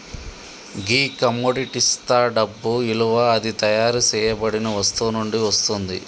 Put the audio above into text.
గీ కమొడిటిస్తా డబ్బు ఇలువ అది తయారు సేయబడిన వస్తువు నుండి వస్తుంది